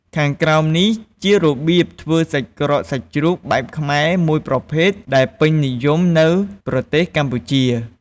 ខាងក្រោមនេះ ជារបៀបធ្វើសាច់ក្រកសាច់ជ្រូកបែបខ្មែរមួយប្រភេទ ដែលពេញនិយមនៅប្រទេសកម្ពុជា។